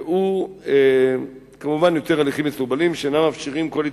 והוא כמובן יוצר הליכים מסורבלים שאינם מאפשרים כל התפתחות.